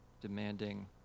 demanding